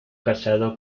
casado